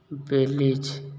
belize